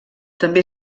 també